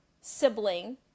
sibling